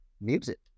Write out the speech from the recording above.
music